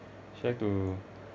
she like to